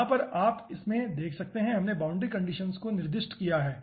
यहाँ पर आप इसमें देख सकते हैं हमने बाउंड्री कंडीशंस को निर्दिष्ट किया है